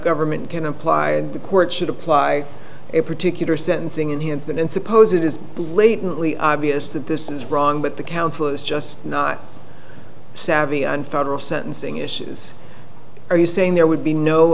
government can apply the court should apply a particular sentencing and he has been suppose it is blatantly obvious that this is wrong but the council is just not savvy on federal sentencing issues are you saying there would be no